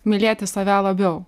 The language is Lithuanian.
mylėti save labiau